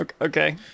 Okay